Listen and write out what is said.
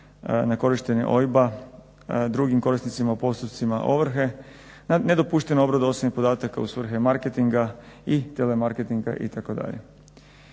na korištenje OIB-a drugim korisnicima u postupcima ovrhe, nedopuštenu obradu osobnih podataka u svrhe marketinga i tele marketinga itd.